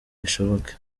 bishoboke